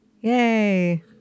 Yay